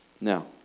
now